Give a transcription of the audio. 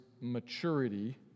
maturity